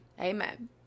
Amen